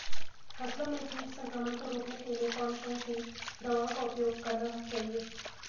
फसलों में कीट संक्रमण को रोकने के लिए कौन कौन सी दवाओं का उपयोग करना चाहिए?